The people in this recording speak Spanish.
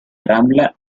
rambla